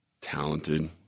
talented